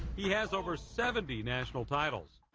he has over seventy national titles.